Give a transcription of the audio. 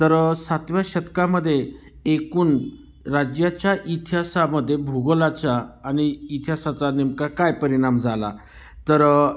तर सातव्या शतकामध्ये एकूण राज्याच्या इतिहासामध्ये भूगोलाच्या आणि इतिहासाचा नेमका काय परिणाम झाला तर